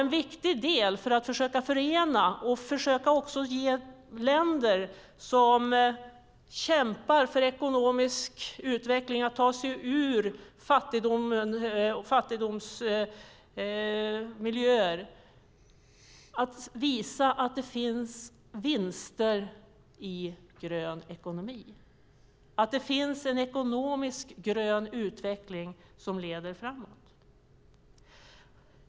En viktig del för att försöka förena och för att försöka ge länder som kämpar för ekonomisk utveckling en möjlighet att ta sig ur fattigdom och fattigdomsmiljöer är att visa att det finns vinster i grön ekonomi. Det finns en ekonomisk grön utveckling som leder framåt.